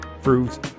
fruits